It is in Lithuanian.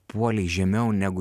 puolei žemiau negu